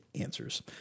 answers